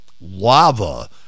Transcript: lava